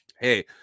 hey